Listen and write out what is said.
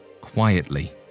Quietly